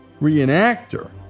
reenactor